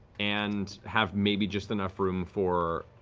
and have maybe just enough room for